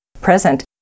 present